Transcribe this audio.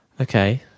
Okay